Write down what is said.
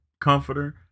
comforter